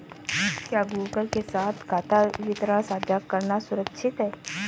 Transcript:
क्या गूगल के साथ खाता विवरण साझा करना सुरक्षित है?